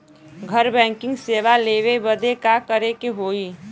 घर बैकिंग सेवा लेवे बदे का करे के होई?